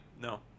no